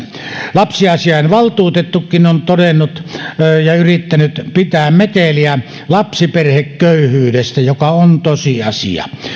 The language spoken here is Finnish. lapsiasiavaltuutettukin on yrittänyt pitää meteliä lapsiperheköyhyydestä joka on tosiasia